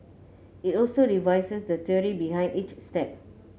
it also revises the theory behind each step